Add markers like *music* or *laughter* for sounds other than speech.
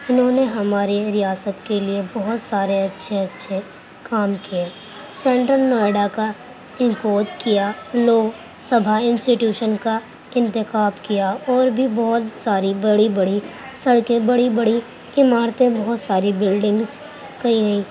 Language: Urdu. انہوں نے ہمارے ریاست کے لیے بہت سارے اچھے اچھے کام کئے سینٹرل نوئیڈا کا *unintelligible* کیا لوگ سبھا انسٹیٹیوشن کا انتخاب کیا اور بھی بہت ساری بڑی بڑی سڑکیں بڑی بڑی عمارتیں بہت ساری بلڈنگس کئی کئی